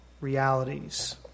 realities